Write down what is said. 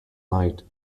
night